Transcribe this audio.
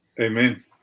Amen